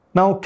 Now